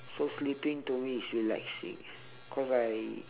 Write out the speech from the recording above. so sleeping to me is relaxing cause I